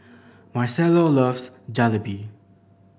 Marcelo loves Jalebi